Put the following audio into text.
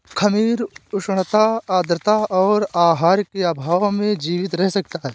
खमीर उष्णता आद्रता और आहार के अभाव में जीवित रह सकता है